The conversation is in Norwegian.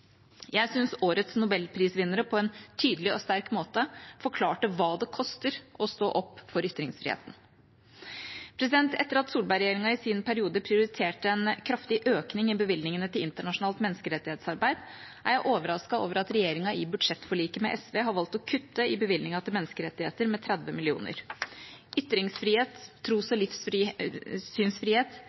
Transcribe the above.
Jeg syns årets nobelprisvinnere på en tydelig og sterk måte forklarte hva det koster å stå opp for ytringsfriheten. Etter at Solberg-regjeringa i sin periode prioriterte en kraftig økning i bevilgningene til internasjonalt menneskerettighetsarbeid, er jeg overrasket over at regjeringa i budsjettforliket med SV har valgt å kutte i bevilgningen til menneskerettigheter med 30 mill. kr. Ytringsfrihet, tros- og